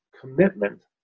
commitment